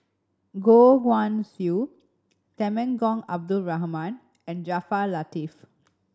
Goh Guan Siew Temenggong Abdul Rahman and Jaafar Latiff